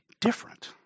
different